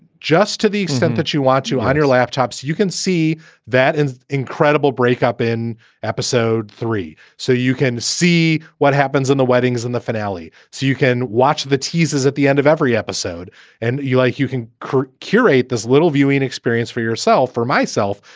just to the extent that you watch you on your laptops, you can see that an incredible breakup in episode three. so you can see what happens in the weddings in the finale so you can watch the teases at the end of every episode and you like. you can curate curate this little viewing experience for yourself or myself.